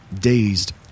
Dazed